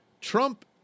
Trump